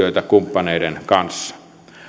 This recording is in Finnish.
enemmän yhteistyötä kumppaneiden kanssa